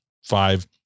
five